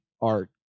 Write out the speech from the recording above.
art